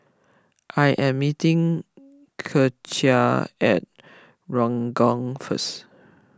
I am meeting Kecia at Ranggung first